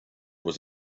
was